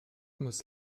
muss